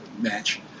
match